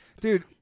Dude